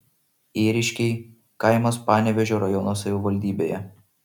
ėriškiai kaimas panevėžio rajono savivaldybėje